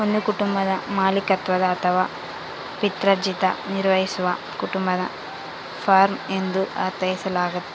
ಒಂದು ಕುಟುಂಬದ ಮಾಲೀಕತ್ವದ ಅಥವಾ ಪಿತ್ರಾರ್ಜಿತ ನಿರ್ವಹಿಸುವ ಕುಟುಂಬದ ಫಾರ್ಮ ಎಂದು ಅರ್ಥೈಸಲಾಗ್ತತೆ